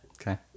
Okay